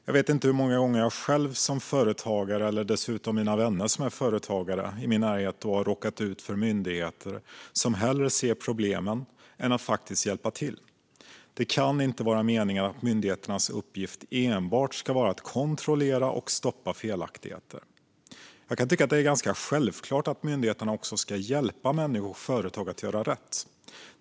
Jag vet inte hur många gånger jag själv som företagare eller vänner i min närhet som är företagare har råkat ut för myndigheter som hellre ser problemen än faktiskt hjälper till. Det kan inte vara meningen att myndigheternas uppgift enbart ska vara att kontrollera och stoppa felaktigheter. Jag kan tycka att det är ganska självklart att myndigheterna också ska hjälpa människor och företag att göra rätt.